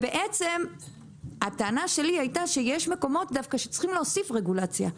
בעצם הטענה שלי הייתה שיש מקומות שבהם דווקא צריך להוסיף רגולציה.